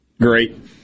Great